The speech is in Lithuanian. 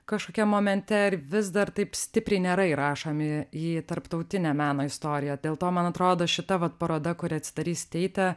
kažkokiam momente ir vis dar taip stipriai nėra įrašomi į tarptautinę meno istoriją dėl to man atrodo šita vat paroda kuri atsidarys steite